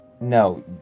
No